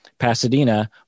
Pasadena